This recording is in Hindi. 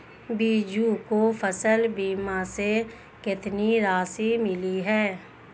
बीजू को फसल बीमा से कितनी राशि मिली है?